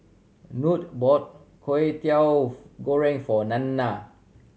Nute bought Kway Teow Goreng for Nanna